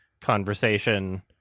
conversation